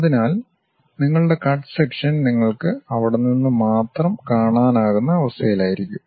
അതിനാൽ നിങ്ങളുടെ cut section നിങ്ങൾക്ക് അവിടെ നിന്ന് മാത്രം കാണാനാകുന്ന അവസ്ഥയിലായിരിക്കും